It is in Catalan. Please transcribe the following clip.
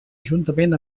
juntament